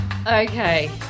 Okay